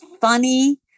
funny